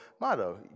motto